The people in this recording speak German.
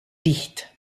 dicht